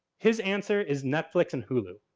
his answer is netflix and hulu.